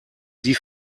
die